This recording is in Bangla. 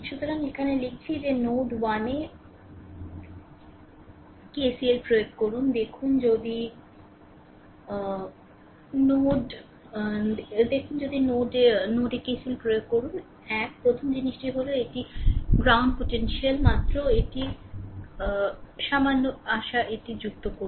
সুতরাং এখানে লিখছি যে নোড 1 এ KCL প্রয়োগ করুন দেখুন যদি নোডে KCL প্রয়োগ করুন 1 প্রথম জিনিসটি হল এটি গ্রাউন্ড potential মাত্র এটি সামান্য বিট আশা এটি যুক্ত করুন